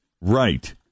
Right